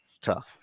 tough